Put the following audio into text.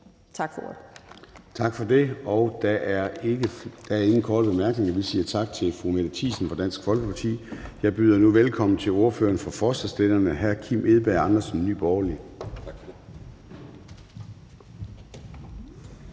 Tak for det. Der er ingen korte bemærkninger. Vi siger tak til fru Mette Thiesen fra Dansk Folkeparti. Jeg byder nu velkommen til ordføreren for forslagsstillerne, hr. Kim Edberg Andersen, Nye